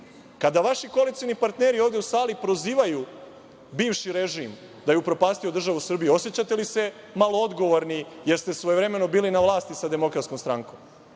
Kada vaši koalicioni partneri ovde u sali prozivaju bivši režim da je upropastio državu Srbiju, osećate li se malo odgovorni jer ste svojevremeno bili na vlasti sa DS? Zašto ne